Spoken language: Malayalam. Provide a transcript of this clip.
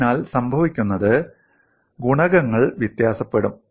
അതിനാൽ സംഭവിക്കുന്നത് ഗുണകങ്ങൾ വ്യത്യാസപ്പെടും